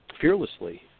fearlessly